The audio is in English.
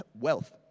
wealth